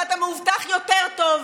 ואתה מאובטח יותר טוב,